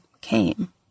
came